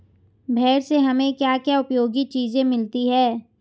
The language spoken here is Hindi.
भेड़ से हमें क्या क्या उपयोगी चीजें मिलती हैं?